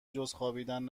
جزخوابیدن